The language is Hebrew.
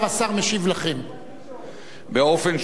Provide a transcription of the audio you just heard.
באופן שהוא פתוח וקשוב,